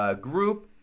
group